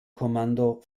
kommando